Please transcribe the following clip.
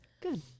Good